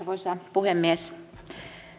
puhemies